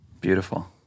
Beautiful